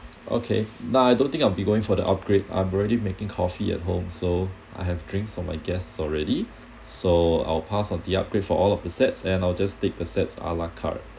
okay nah I don't think I'll be going for the upgrade I'm already making coffee at home so I have drinks for my guests already so I'll pass on the upgrade for all of the sets and I'll just take the sets ala carte